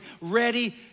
Ready